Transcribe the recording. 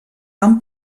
van